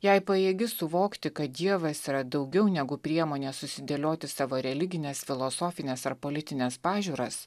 jei pajėgi suvokti kad dievas yra daugiau negu priemonė susidėlioti savo religines filosofines ar politines pažiūras